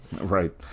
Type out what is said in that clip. right